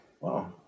wow